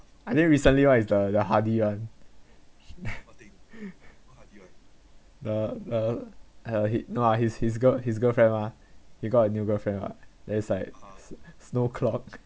I think recently right the the hardy one the uh uh her he no lah his his girl his girlfriend ah he got a new girlfriend [what] then it's like s~ snow clock